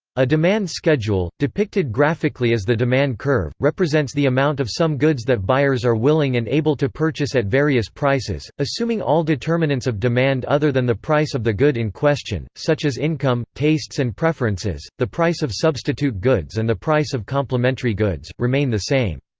a demand schedule, depicted graphically as the demand curve, represents the amount of some goods that buyers are willing and able to purchase at various prices, assuming all determinants of demand other than the price of the good in question, such as income, tastes and preferences, the price of substitute goods and the price of complementary goods, remain the same.